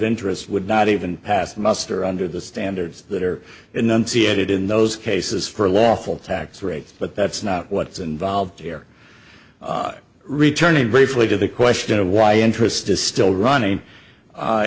interest would not even pass muster under the standards that are enunciated in those cases for lawful tax rates but that's not what's involved here returning briefly to the question of why interest is still running